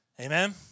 Amen